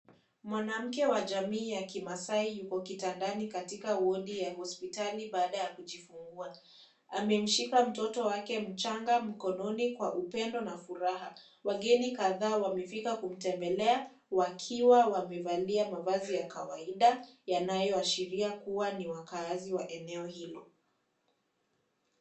Mwanamke wa jamii ya kimasai yuko kitandani katika wodi ya hospitali baada ya kujifunga. Amemshika mtoto wake mchanga mkononi kwa upendo na furaha. Wageni kadhaa wamefika kumtembele, wakiwa wamevalia mavazi ya kawaida, yanayoashiria kuwa ni wakaazi wa eneo hilo.